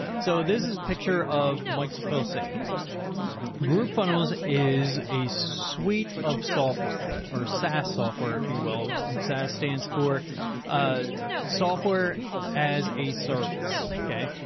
so this is a picture of mike so filsaime groovefunnels is a suite of software or sas software. if you will, insat stands for a software as a service. okay.